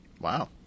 Wow